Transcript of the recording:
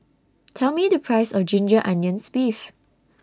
Tell Me The Price of Ginger Onions Beef